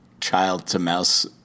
child-to-mouse